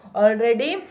already